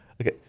Okay